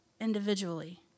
individually